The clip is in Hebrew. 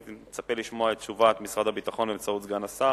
אני מצפה לשמוע את תשובת משרד הביטחון באמצעות סגן השר,